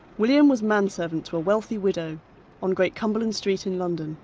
william was manservant to a wealthy widow on great cumberland street, in london